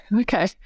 okay